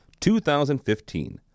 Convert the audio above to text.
2015